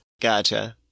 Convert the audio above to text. Gotcha